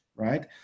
right